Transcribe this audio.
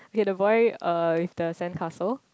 okay the boy uh with the sandcastle